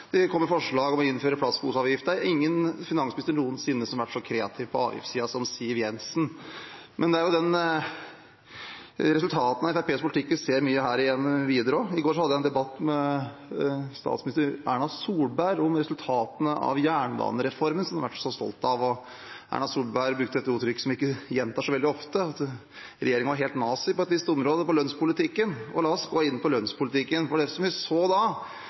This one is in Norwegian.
forslag om å innføre plastposeavgift. Det er ingen finansminister noensinne som har vært så kreativ på avgiftssiden som Siv Jensen. Men det er resultatene av Fremskrittspartiets politikk vi ser mye av igjen her videre også. I går hadde jeg en debatt med statsminister Erna Solberg om resultatene av jernbanereformen, som hun har vært så stolt av, og Erna Solberg brukte et uttrykk som jeg ikke gjentar så veldig ofte, at regjeringen var helt «nazi» på et visst område, på lønnspolitikken, og la oss gå inn på lønnspolitikken. For det som vi så da,